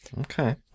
okay